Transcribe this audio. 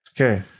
Okay